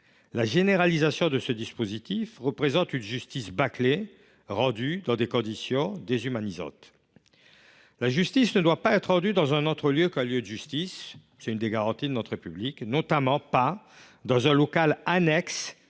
La généralisation de ce dispositif représente une justice bâclée, rendue dans des conditions déshumanisantes. La justice ne doit pas être rendue dans un lieu autre qu’un lieu de justice – c’est une garantie offerte par notre République –, notamment dans un local annexe